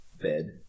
bed